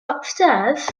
upstairs